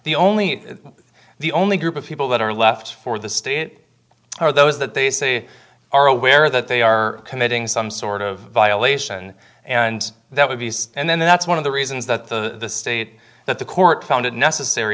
the only the only group of people that are left for the state are those that they say are aware that they are committing some sort of violation and that would be and then that's one of the reasons that the state that the court found it necessary